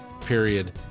period